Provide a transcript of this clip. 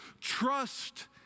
trust